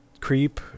creep